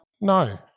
No